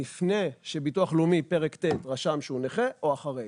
לפני שביטוח לאומי פרק ט' רשם שהוא נכה או אחרי.